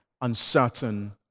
uncertain